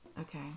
Okay